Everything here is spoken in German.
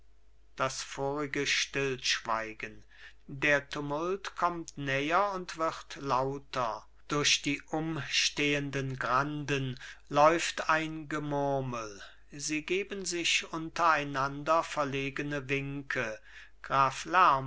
das vorige stillschweigen der tumult kommt näher und wird lauter durch die umstehenden granden läuft ein gemurmel sie geben sich untereinander verlegene winke